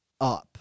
up